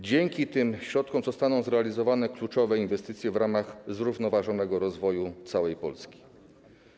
Dzięki tym środkom zostaną zrealizowane kluczowe inwestycje w ramach zrównoważonego rozwoju całej Polski.